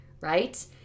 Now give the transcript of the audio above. right